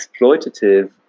exploitative